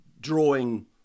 drawing